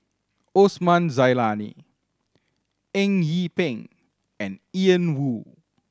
Osman Zailani Eng Yee Peng and Ian Woo